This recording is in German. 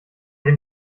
dem